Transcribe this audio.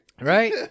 Right